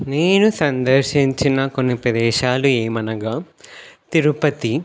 నేను సందర్శించిన కొన్ని ప్రదేశాలు ఏమనగా తిరుపతి